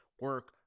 Work